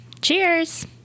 Cheers